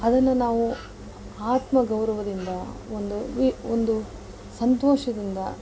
ಅದನ್ನು ನಾವು ಆತ್ಮ ಗೌರವದಿಂದ ಒಂದು ಒಂದು ಸಂತೋಷದಿಂದ